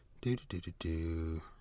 Do-do-do-do-do